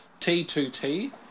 T2T